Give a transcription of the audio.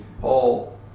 Paul